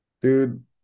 dude